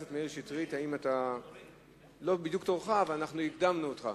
לא בדיוק תורך, אבל אנחנו הקדמנו אותך.